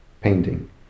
painting